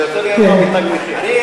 זה יותר גרוע מ"תג מחיר".